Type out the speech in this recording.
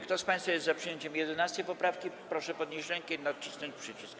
Kto z państwa jest za przyjęciem 11. poprawki, proszę podnieść rękę i nacisnąć przycisk.